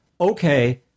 okay